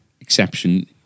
exception